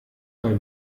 mal